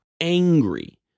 angry